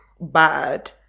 bad